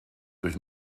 durch